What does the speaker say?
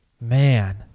Man